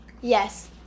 Yes